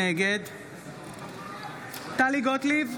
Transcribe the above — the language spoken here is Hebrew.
נגד טלי גוטליב,